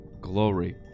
glory